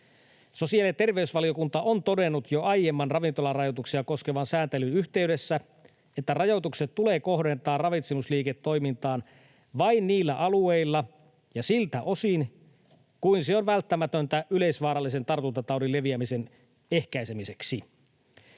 Sosiaali‑ ja terveysvaliokunta on todennut jo aiemman ravintolarajoituksia koskevan sääntelyn yhteydessä, että rajoitukset tulee kohdentaa ravitsemusliiketoimintaan vain niillä alueilla ja siltä osin kuin se on välttämätöntä yleisvaarallisen tartuntataudin leviämisen ehkäisemiseksi.